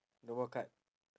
no more card